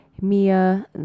mia